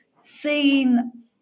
seen